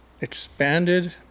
expanded